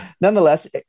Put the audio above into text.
nonetheless